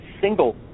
single